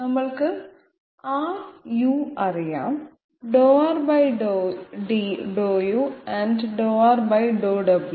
നമ്മൾക്ക് Ru അറിയാം നമ്മൾക്ക് Rw അറിയാം അതായത് പാർഷ്യൽ ഡെറിവേറ്റീവുകൾ ∂R⁄∂u and ∂R⁄∂w